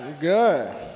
Good